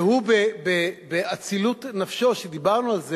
והוא, באצילות נפשו, כשדיברנו על זה,